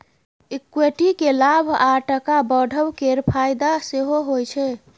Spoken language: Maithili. इक्विटी केँ लाभ आ टका बढ़ब केर फाएदा सेहो होइ छै